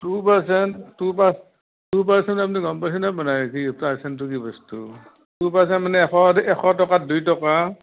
two percent two percent আপুনি গম পাইছে নে পোৱা নাই পাৰ্চেণ্টটো কি বস্তু টু পাৰ্চেণ্ট মানে এশ এশ টকাত দুই টকা